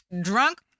Drunk